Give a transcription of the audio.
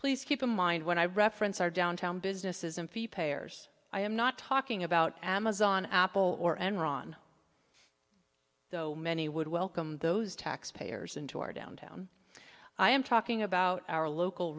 please keep in mind when i reference our downtown businesses and fee payers i am not talking about amazon apple or enron though many would welcome those tax payers into our downtown i am talking about our local